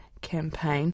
campaign